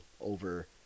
over